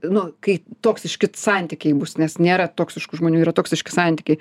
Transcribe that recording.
nu kai toksiški santykiai bus nes nėra toksiškų žmonių yra toksiški santykiai